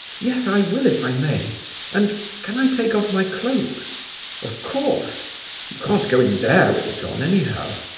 yes, i will if i may and can i take off my cloak of course you can't go in there with it on, anyhow.